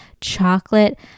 chocolate